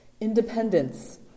independence